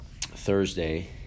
Thursday